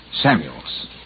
Samuels